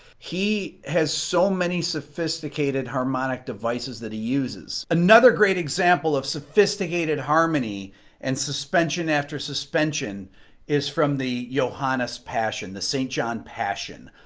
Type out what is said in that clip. he has so many sophisticated harmonic devices that he uses another great example of sophisticated harmony and suspension after suspension suspension is from the johannes passion the st. john passion.